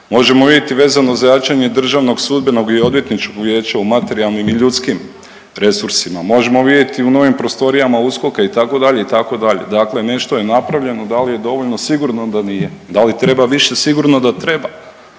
Možemo vidjeti vezano za jačanje Državnog sudbenog i odvjetničkog vijeća u materijalnim i ljudskim resursima. Možemo vidjeti u novim prostorijama USKOK-a itd. itd. Dakle, nešto je napravljeno. Da li je dovoljno? Sigurno da nije. Da li treba više? Sigurno da treba.